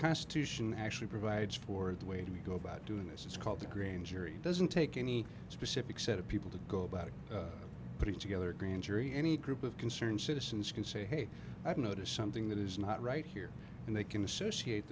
constitution actually provides for the way to go about doing this it's called the green jury doesn't take any specific set of people to go about putting together a grand jury any group of concerned citizens can say hey i've noticed something that is not right here and they can associate